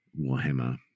Warhammer